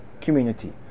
community